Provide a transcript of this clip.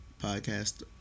podcast